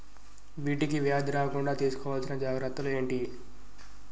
వీటికి వ్యాధి రాకుండా తీసుకోవాల్సిన జాగ్రత్తలు ఏంటియి?